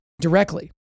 directly